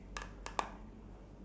card game ya